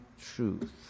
truth